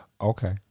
Okay